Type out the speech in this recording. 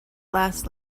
last